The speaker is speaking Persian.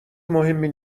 مهمی